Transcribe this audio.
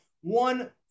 One